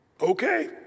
okay